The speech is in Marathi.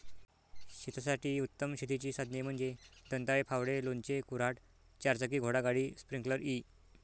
शेतासाठी उत्तम शेतीची साधने म्हणजे दंताळे, फावडे, लोणचे, कुऱ्हाड, चारचाकी घोडागाडी, स्प्रिंकलर इ